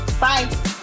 Bye